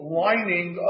lining